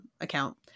account